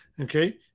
okay